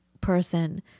person